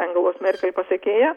angelos merkel pasekėja